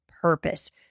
purpose